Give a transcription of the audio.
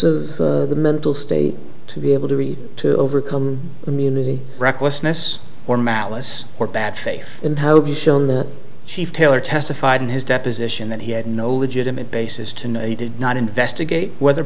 of the mental state to be able to read to overcome the munity recklessness or malice or bad faith in chief taylor testified in his deposition that he had no legitimate basis to know he did not investigate whether